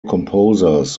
composers